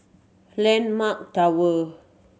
Landmark Tower